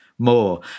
More